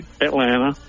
Atlanta